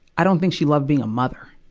i don't think she loved being a mother.